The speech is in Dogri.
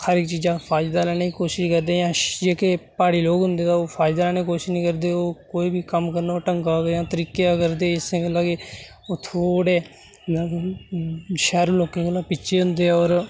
हर इक चीज़ां फायदा लैने दी कोशिश करदे जां जेह्के प्हाड़ी लोक होंदे तां फायदा लैने कोशिश नि करदे ओह् कोई बी कम्म करना होए ढंगा होए जां तरीके दा करदे इस्सै गल्ला कि ओह् थोह्ड़े शैह्रू लोकें कोला पिच्छे होंदे होर